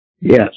Yes